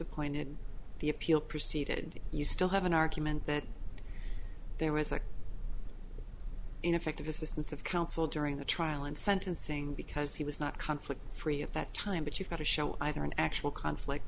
appointed the appeal proceeded you still have an argument that there was an ineffective assistance of counsel during the trial and sentencing because he was not conflict free at that time but you've got to show either an actual conflict